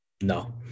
No